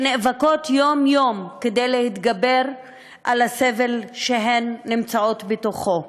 שנאבקות יום-יום כדי להתגבר על הסבל שהן נמצאות בתוכו.